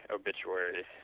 obituary